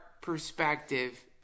perspective